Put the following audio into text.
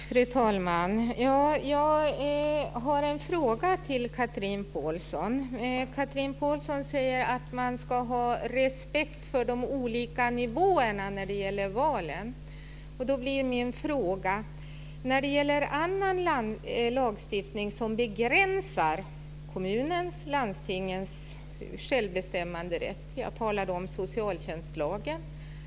Fru talman! Jag har en fråga till Chatrine Pålsson. Hon säger att man ska ha respekt för de olika nivåerna när det gäller valen. Det finns annan lagstiftning som begränsar kommunens och landstingens självbestämmanderätt - jag talar då om socialtjänstlagen.